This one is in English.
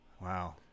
Wow